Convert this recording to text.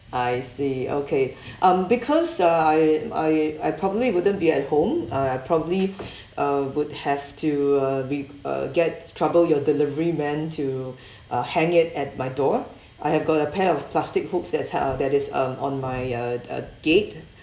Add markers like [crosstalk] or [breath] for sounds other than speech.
I see okay [breath] um because uh I I I probably wouldn't be at home uh I probably uh would have to uh be uh get trouble your delivery man to uh hang it at my door I have got a pair of plastic hooks that's he~ uh that is um on my uh uh gate